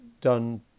done